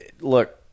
Look